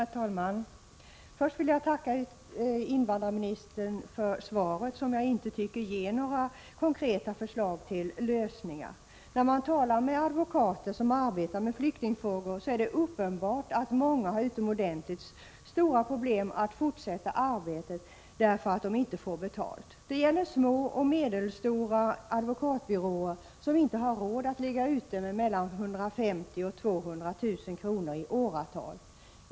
Herr talman! Först vill jag tacka invandrarministern för svaret, men det ger inga konkreta förslag till lösningar. Det är uppenbart att advokater som arbetar med flyktingfrågor har utomordentligt stora problem att fortsätta arbetet därför att de inte får betalt. Det gäller små och medelstora advokatbyråer, som inte har råd att ligga ute med 150 000-200 000 kr. i åratal.